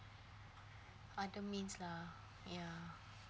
others means lah ya